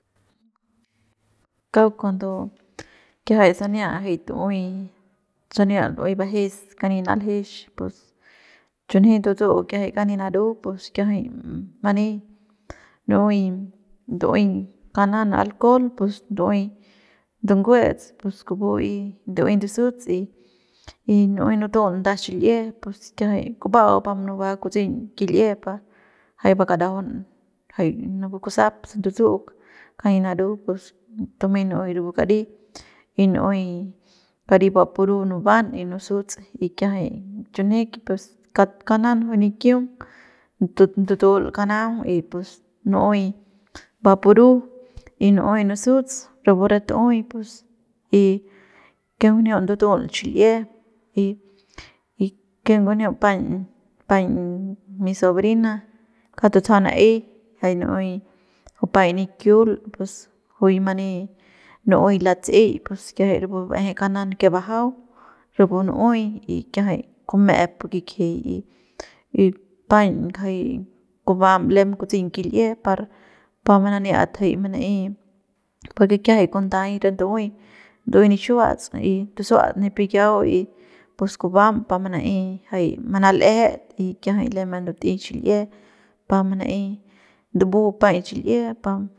Kauk cuando kiajay sania jay tu'uey sania lu'uey bajes kani naljex pus chu nji ndutsu'uk kiajay kani naru pus kiajay mani nu'uey ndu'uey kanan alcohol pus ndu'uey ndungue'ets pus kupu y ndu'uey ndusuts y nu'uey nutul nda xil'ie pus kiajay kuba'au pa munuba kutse'eñ kil'ie pa jay bakadajaun jay napu kusap se ndutsu'uk kani naru pus tumey mnu'uey rapu kari y nu'uey kari bapuru nuban y nusuts y kiajay chunji kak kauk nan juy nikiung ndutul kanaung y pus nu'uey bapuru y nu'uey nusuts rapu re tu'uey pus y ken ngunjiu ndutul xil'ie y ken ngunjiu paiñ paiñ mi sobrina kauk tutsajau na'ey jay nu'uey juy paiñ nikiul pues juy many nu'uey latse'ey pus kiajay rapu ba'ejey kanan que bajau rapu nu'uey y kiajay kume'ep pu kikji y paiñ ngajay kubam lem kutseiñ kil'ie par pa mananiat jay mana'ey porque kiajay kunday re ndu'uey nixiuats y ndusuats ne pikiau y pus kubam pa mana'ey jay manal'ejet y kiajay lembe ndut'ey xil'ie pa mana'ey ndubu paiñ xil'ie pa.